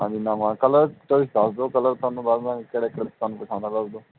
ਹਾਂਜੀ ਨਵਾਂ ਕਲਰ ਤੁਸੀਂ ਦੱਸ ਦਿਓ ਕਲਰ ਤੁਹਾਨੂੰ ਦੱਸ ਦਾਂਗੇ ਕਿਹੜੇ ਕਿਹੜੇ ਤੁਹਾਨੂੰ ਪਸੰਦ ਆ ਦੱਸ ਦਿਓ